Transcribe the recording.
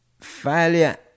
failure